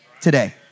today